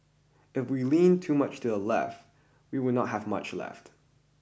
if we lean too much to the left we will not have much left